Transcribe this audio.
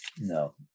No